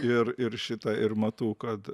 ir ir šitą ir matau kad